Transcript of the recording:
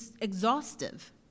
exhaustive